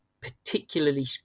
particularly